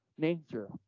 Nature